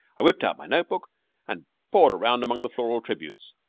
i whipped out my note-book and pawed around among the floral tributes,